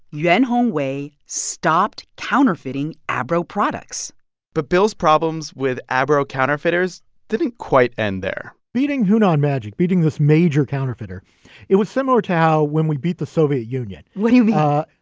yuan hongwei stopped counterfeiting abro products but bill's problems with abro counterfeiters didn't quite end there beating hunan magic beating this major counterfeiter it was similar to how when we beat the soviet union what do you yeah